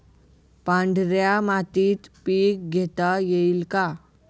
पांढऱ्या मातीत पीक घेता येईल का?